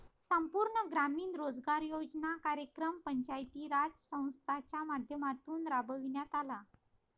संपूर्ण ग्रामीण रोजगार योजना कार्यक्रम पंचायती राज संस्थांच्या माध्यमातून राबविण्यात आला